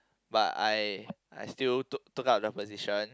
but I I still took took up the position